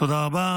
תודה רבה.